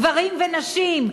גברים ונשים,